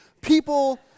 People